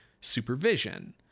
supervision